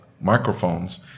microphones